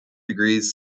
degrees